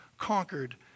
conquered